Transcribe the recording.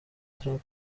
trump